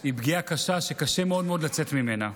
היא פגיעה קשה, שקשה מאוד מאוד לצאת ממנה.